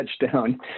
touchdown